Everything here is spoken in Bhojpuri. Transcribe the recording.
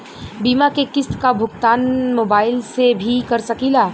बीमा के किस्त क भुगतान मोबाइल से भी कर सकी ला?